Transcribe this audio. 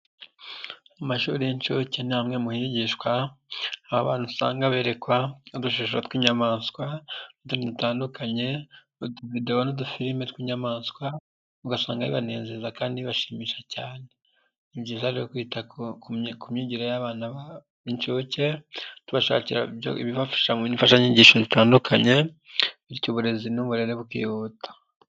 Amashuri y'inshuke ni amwe mu yigishwa abana usanga berekwa udushusho tw'inyamaswa dutandukanye, utuvidewo n'udufilimi tw'inyamaswa ugasanga bibanezeza kandi bashimisha cyane. Ni byiza rero kwita ku myigire y'abana b'ininshyuke tubashakira ibibafasha mu imfashanyigisho zitandukanye bityo uburezi n'uburere bukihuta.